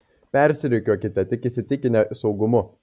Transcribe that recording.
persirikiuokite tik įsitikinę saugumu